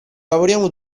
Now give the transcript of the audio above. lavoriamo